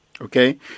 Okay